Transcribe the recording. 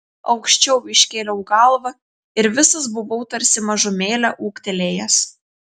aukščiau iškėliau galvą ir visas buvau tarsi mažumėlę ūgtelėjęs